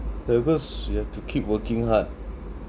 ya because you have to keep working hard